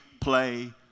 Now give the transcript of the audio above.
play